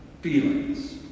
feelings